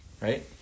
Right